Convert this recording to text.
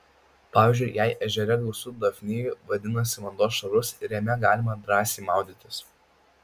pavyzdžiui jei ežere gausu dafnijų vadinasi vanduo švarus ir jame galima drąsiai maudytis